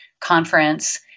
conference